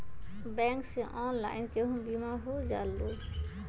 Bank से online केहु बिमा हो जाईलु?